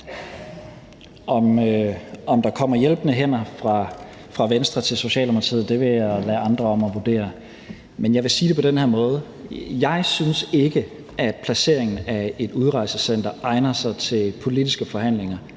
Om der kommer hjælpende hænder fra Venstre til Socialdemokratiet, vil jeg lade andre om at vurdere. Men jeg vil sige det på den her måde, at jeg ikke synes, at placeringen af et udrejsecenter egner sig til politiske forhandlinger.